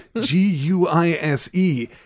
G-U-I-S-E